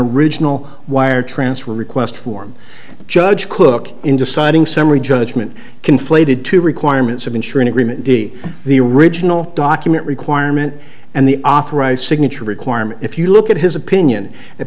original wire transfer request form judge cooke in deciding summary judgment conflated two requirements of ensuring agreement d the original document requirement and the authorized signature requirement if you look at his opinion and